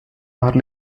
are